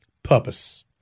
purpose